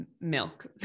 Milk